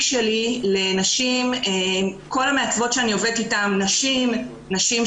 כל המעצבות שאני עובדת איתן הן נשים שמייצרות.